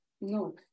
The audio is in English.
no